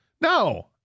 no